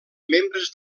membres